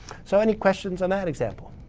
so, any questions on that example?